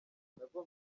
guca